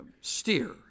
steer